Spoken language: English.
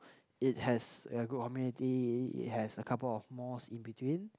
it has uh good amenity it has a couple of mosque in between